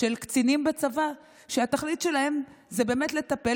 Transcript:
של קצינים בצבא שהתכלית שלהם זה באמת לטפל